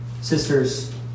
Sisters